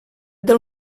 del